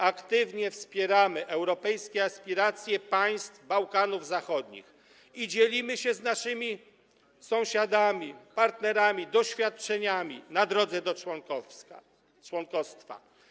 Aktywnie wspieramy europejskie aspiracje państw Bałkanów Zachodnich i dzielimy się z naszymi sąsiadami, partnerami doświadczeniami na drodze do członkostwa.